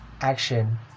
action